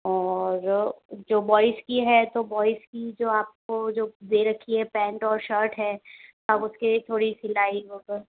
और जो बॉयज़ की है तो बॉयज़ की जो आपको जो दे रखी है पैंट और शर्ट है अब उसके थोड़ी सिलाई हो तो